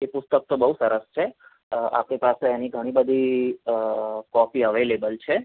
એ પુસ્તક તો બહુ જ સરસ છે આપણી પાસે એની ઘણી બધી કોપી અવેલેબલ છે